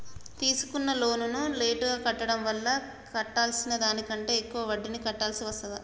తీసుకున్న లోనును లేటుగా కట్టడం వల్ల కట్టాల్సిన దానికంటే ఎక్కువ వడ్డీని కట్టాల్సి వస్తదా?